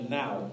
now